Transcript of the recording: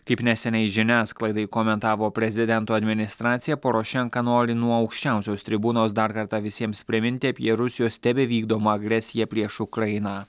kaip neseniai žiniasklaidai komentavo prezidento administracija porošenka nori nuo aukščiausios tribūnos dar kartą visiems priminti apie rusijos tebevykdomą agresiją prieš ukrainą